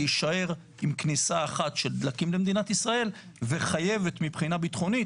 להישאר עם כניסה אחת של דלקים למדינת ישראל וחייבת מבחינה ביטחונית,